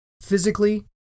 physically